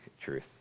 truth